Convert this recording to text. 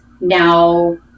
now